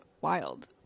wild